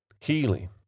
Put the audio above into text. healing